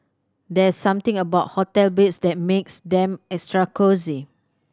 there's something about hotel beds that makes them extra cosy